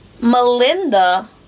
Melinda